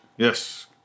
Yes